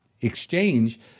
exchange